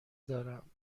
دارم